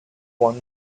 one